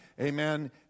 Amen